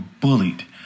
bullied